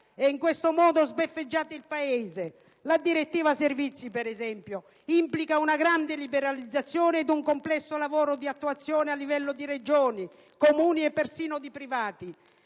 E in questo modo sbeffeggiate il Paese: la direttiva servizi, per esempio, implica una grande liberalizzazione ed un complesso lavoro di attuazione a livello di Regioni, Comuni e, persino, di privati;